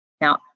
Now